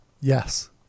Yes